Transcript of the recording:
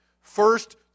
First